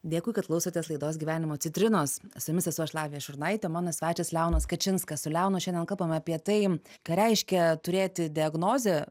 dėkui kad klausotės laidos gyvenimo citrinos su jumis esu aš lavija šurnaitė mano svečias leonas kačinskas su leonu šiandien kalbam apie tai ką reiškia turėti diagnozę